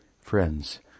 friends